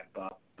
up